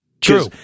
True